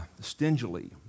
stingily